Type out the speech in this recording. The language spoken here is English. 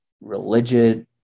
religion